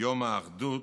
יום האחדות,